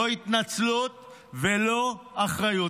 לא התנצלות ולא אחריות.